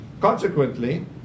Consequently